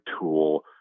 tool